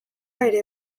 ere